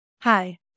Hi